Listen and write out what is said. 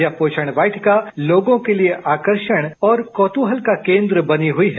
यह पोषण वाटिका लोगों के लिए आकर्षण और कौतूहल का केन्द्र बनी हुई है